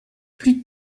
plus